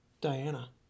Diana